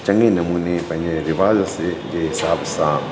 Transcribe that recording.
चङे नमूने पंहिंजे रिवाज़ से जे हिसाब सां